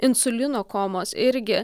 insulino komos irgi